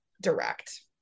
direct